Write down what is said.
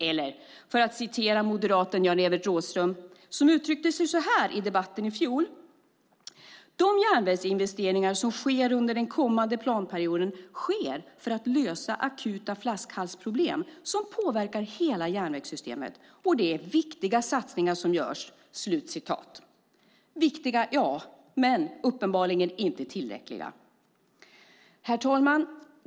Eller jag kan citera moderaten Jan-Evert Rådhström, som uttryckte sig så här i debatten i fjol: "De järnvägsinvesteringar som sker under den kommande planperioden sker för att lösa akuta flaskhalsproblem som påverkar hela järnvägssystemet, och det är viktiga satsningar som görs." De är viktiga - ja. Men de är uppenbarligen inte tillräckliga. Herr talman!